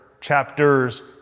chapters